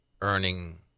earning